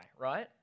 right